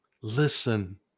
Listen